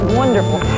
wonderful